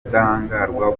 ubudahangarwa